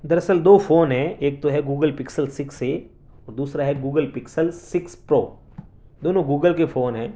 دراصل دو فون ہیں ایک تو ہے گوگل پکسل سکس اے اور دوسرا ہے گوگل پکسل سکس پرو دونوں گوگل کے فون ہیں